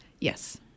Yes